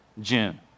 June